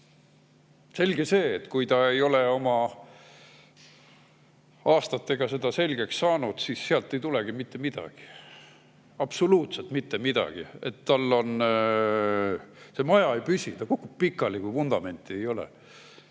Selge see, et kui ta ei ole oma [elu jooksul] seda selgeks saanud, siis sealt ei tulegi mitte midagi, absoluutselt mitte midagi. Maja ei püsi, ta kukub pikali, kui vundamenti ei ole.